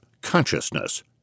consciousness